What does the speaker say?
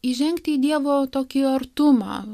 įžengti į dievo tokį artumą